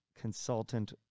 consultant